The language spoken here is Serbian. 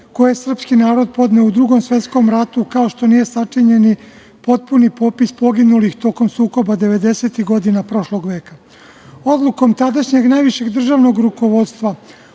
je srpski narod podneo u Drugom svetskom ratu, kao što nije sačinjen ni potpuni popis poginulih tokom sukoba devedesetih godina prošlog veka. Odlukom tadašnjeg najvišeg državnog rukovodstva